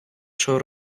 чого